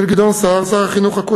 גדעון סער.